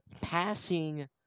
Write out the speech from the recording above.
passing